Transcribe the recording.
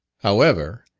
however,